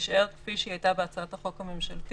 שתישאר כפי שהיא הייתה בהצעת החוק הממשלתית.